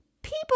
People